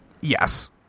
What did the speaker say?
Yes